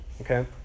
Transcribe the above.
Okay